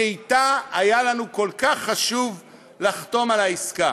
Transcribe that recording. שאתה היה לנו כל כך חשוב לחתום על העסקה?